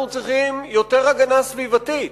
אנחנו צריכים יותר הגנה סביבתית,